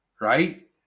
right